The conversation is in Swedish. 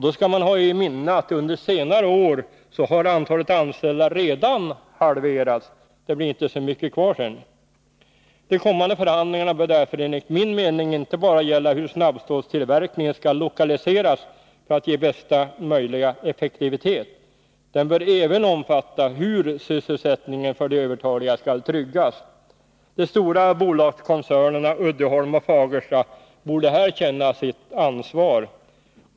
Då skall man ha i minne att under senare år antalet anställda redan har halverats. Det blir inte mycket kvar sedan. De kommande förhandlingarna bör därför enligt min mening inte bara gälla hur snabbstålstillverkningen skall lokaliseras för att ge bästa möjliga effektivitet. De bör även omfatta hur sysselsättningen för de övertaliga skall tryggas. De stora bolagskoncernerna Uddeholm och Fagersta borde här känna sitt ansvar.